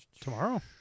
tomorrow